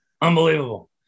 Unbelievable